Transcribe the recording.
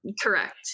Correct